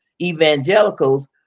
evangelicals